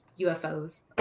UFOs